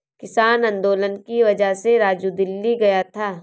किसान आंदोलन की वजह से राजू दिल्ली गया था